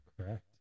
Correct